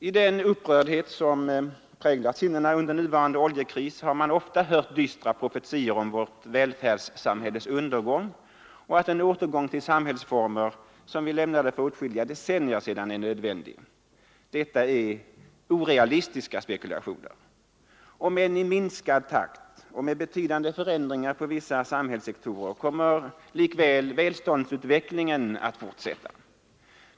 I den upprördhet som präglat sinnena under nuvarande oljekris har man ofta hört dystra profetior om vårt välfärdssamhälles undergång och om att en återgång till samhällsformer som vi lämnade för åtskilliga decennier sedan är nödvändig. Detta är orealistiska spekulationer. Om än i minskad takt och med betydande förändringar på vissa samhällssektorer kommer likväl välståndsutvecklingen att fortsätta.